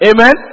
Amen